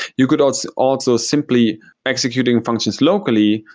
you could also also simply executing functions locally.